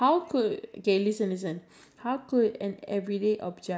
be used if it were a lot bigger or a lot smaller